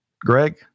Greg